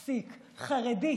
פסיק, חרדית,